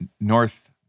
North